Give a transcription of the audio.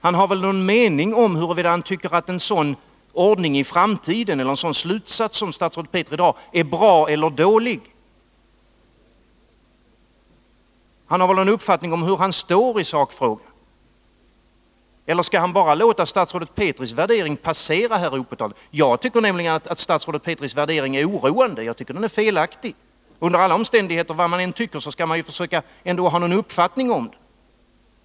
Han har väl någon mening om huruvida en sådan slutsats som statsrådet Petri drar är bra eller dålig? Han har väl någon uppfattning om var han står i sakfrågan? Eller skall statsrådet Petris värdering bara få passera opåtalad? Jag tycker att statsrådets Petris värdering är oroande och felaktig. Under alla omständigheter skall man försöka att ha någon uppfattning om den.